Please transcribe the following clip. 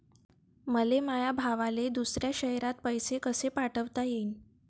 मले माया भावाले दुसऱ्या शयरात पैसे कसे पाठवता येईन?